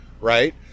Right